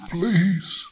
Please